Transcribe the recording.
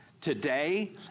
Today